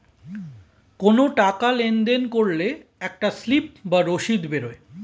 কোনো টাকা লেনদেন করলে একটা স্লিপ বা রসিদ বেরোয়